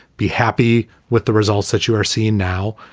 be happy with the results that you are seeing now.